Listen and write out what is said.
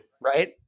Right